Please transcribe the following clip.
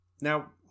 Now